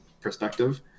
perspective